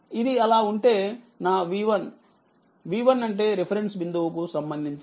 ఇది అలా ఉంటే నా V1 V1 అంటే రిఫరెన్స్ బిందువు కు సంబంధించినది